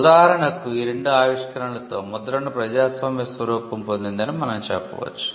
ఉదాహరణకు ఈ రెండు ఆవిష్కరణలతో ముద్రణ ప్రజాస్వామ్య స్వరూపం పొందిందని మనం చెప్పవచ్చు